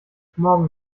morgen